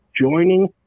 joining